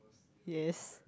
yes